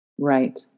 Right